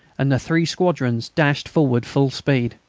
and the three squadrons dashed forward full speed.